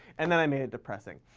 and then i made it depressing.